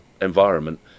environment